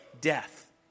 death